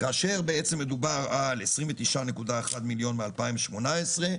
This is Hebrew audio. כאשר מדובר על 29.1 מיליון מ-2018,